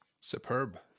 Superb